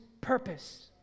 purpose